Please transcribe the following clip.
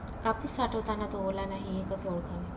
कापूस साठवताना तो ओला नाही हे कसे ओळखावे?